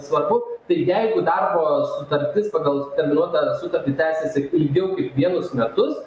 svarbu tai jeigu darbo sutartis pagal terminuotą sutartį tęsiasi ilgiau kaip vienus metus